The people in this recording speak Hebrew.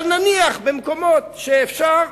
אבל נניח במקומות שאפשר,